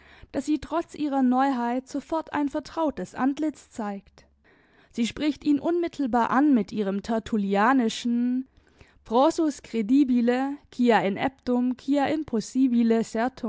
daß sie trotz ihrer neuheit sofort ein vertrautes antlitz zeigt sie spricht ihn unmittelbar an mit ihrem tertullianischen prorsus credibile quia ineptum